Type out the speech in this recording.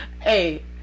Hey